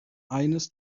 eines